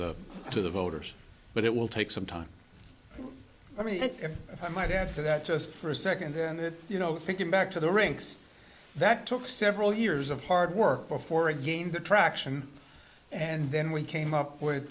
the to the voters but it will take some time i mean if i might add to that just for a second and it you know thinking back to the rinks that took several years of hard work before again the traction and then we came up with